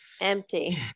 empty